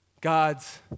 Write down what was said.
God's